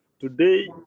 Today